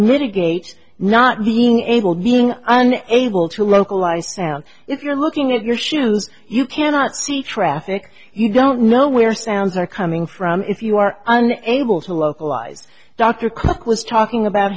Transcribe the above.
mitigate not being able being able to localize sound if you're looking at your shoes you cannot see traffic you don't know where sounds are coming from if you are unable to localize dr cock was talking about